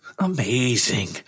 Amazing